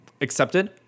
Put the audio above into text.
accepted